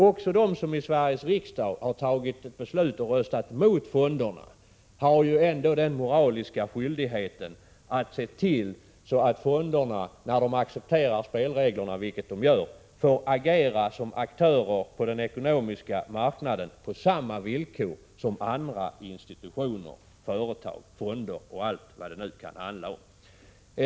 Också de som i Sveriges riksdag har fattat ett beslut att rösta emot fonderna har ändå en moralisk skyldighet — när de accepterar spelreglerna — att se till att fonderna får agera på den ekonomiska marknaden på samma villkor som andra institutioner, företag, fonder och allt vad det nu kan handla om.